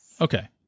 Okay